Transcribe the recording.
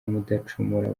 mudacumura